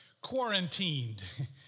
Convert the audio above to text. quarantined